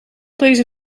deze